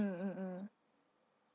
mm mm mm